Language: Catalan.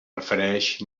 refereix